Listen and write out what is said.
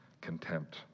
contempt